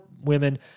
women